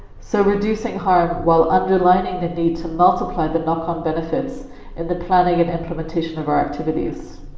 so reducing harm while underlining the need to multiply the knockoff benefits in the planning and implementation of our activities.